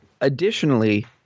Additionally